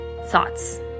thoughts